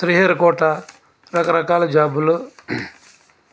శ్రీహరికోట రకరకాల జాబులు